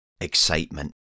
excitement